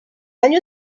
año